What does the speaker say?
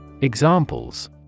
Examples